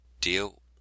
deal